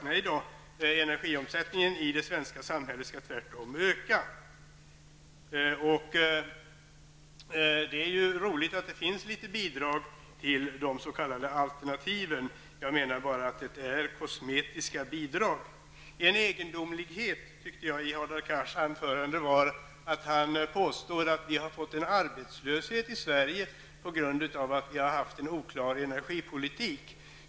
Nej, energiomsättningen i det svenska samhället skall tvärtom öka. Det är roligt att det finns några bidrag till de s.k. alternativen, men det är bara kosmetiska bidrag. En egendomlighet i Hadar Cars anförande tyckte jag var när han påstår att vi har fått en arbetslöshet i Sverige på grund av att vi har haft en oklar energipolitik.